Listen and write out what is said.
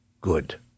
good